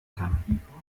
kann